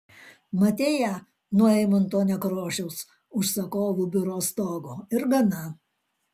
matei ją nuo eimunto nekrošiaus užsakovų biuro stogo ir gana